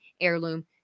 heirloom